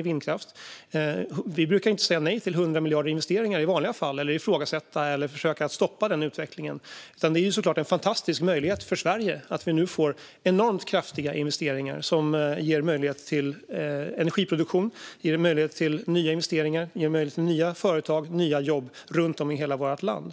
I vanliga fall brukar vi ju inte säga nej till 100 miljarder i investeringar eller ifrågasätta eller försöka stoppa den utvecklingen. Det är såklart en fantastisk möjlighet för Sverige att vi nu får enormt kraftiga investeringar som ger möjlighet till energiproduktion, till nya investeringar och till nya företag och nya jobb runt om i hela vårt land.